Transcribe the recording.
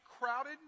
crowded